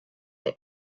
der